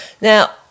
now